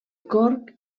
gorg